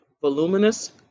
voluminous